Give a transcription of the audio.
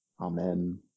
Amen